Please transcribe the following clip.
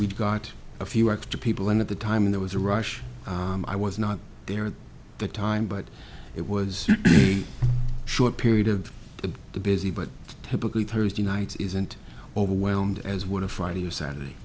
we've got a few extra people and at the time there was a rush i was not there at the time but it was a short period of the busy but typically thursday night isn't overwhelmed as what a friday or saturday